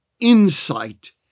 insight